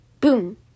boom